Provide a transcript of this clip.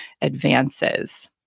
advances